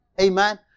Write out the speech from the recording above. Amen